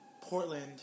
Portland